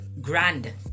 grand